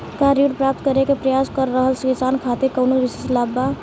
का ऋण प्राप्त करे के प्रयास कर रहल किसान खातिर कउनो विशेष लाभ बा?